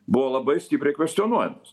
buvo labai stipriai kvestionuojamas